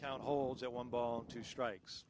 count holes at one ball two strikes